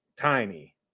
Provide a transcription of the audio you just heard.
tiny